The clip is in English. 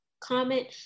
comment